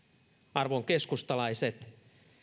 arvon keskustalaiset